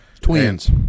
Twins